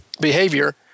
behavior